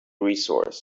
resource